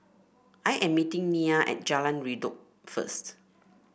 I am meeting Nia at Jalan Redop first